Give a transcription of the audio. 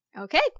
okay